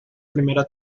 primera